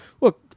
look